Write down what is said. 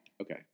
Okay